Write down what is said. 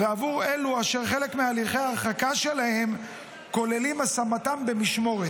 ועבור אלו אשר חלק מהליכי ההרחקה שלהם כוללים את השמתם במשמורת.